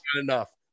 enough